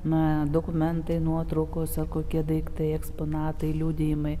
na dokumentai nuotraukos kokie daiktai eksponatai liudijimai